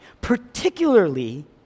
Particularly